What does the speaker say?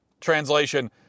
Translation